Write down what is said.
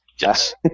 Yes